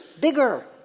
bigger